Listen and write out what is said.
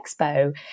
Expo